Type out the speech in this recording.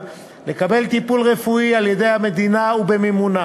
לקבל טיפול רפואי על-ידי המדינה ובמימונה